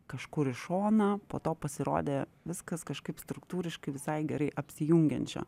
kažkur į šoną po to pasirodė viskas kažkaip struktūriškai visai gerai apsijungiančio